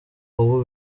wowe